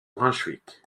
brunswick